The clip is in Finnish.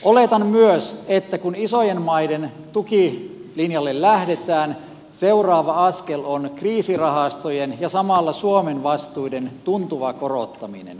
oletan myös että kun isojen maiden tukilinjalle lähdetään seuraava askel on kriisirahastojen ja samalla suomen vastuiden tuntuva korottaminen